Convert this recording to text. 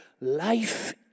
Life